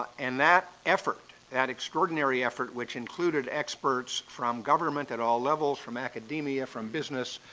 and that effort, that extraordinary effort which included experts from government at all levels, from academia, from business,